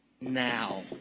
now